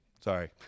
sorry